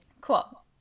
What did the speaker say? Cool